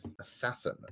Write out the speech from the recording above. assassin